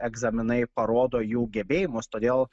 egzaminai parodo jų gebėjimus todėl